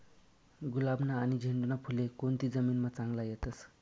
गुलाबना आनी झेंडूना फुले कोनती जमीनमा चांगला येतस?